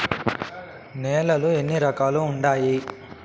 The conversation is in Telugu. నేలలు ఎన్ని రకాలు వుండాయి?